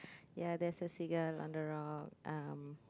ya there's a seagull on the rock um